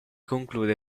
conclude